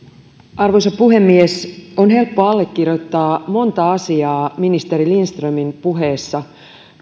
arvoisa puhemies on helppo allekirjoittaa monta asiaa ministeri lindströmin puheessa